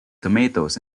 tomatoes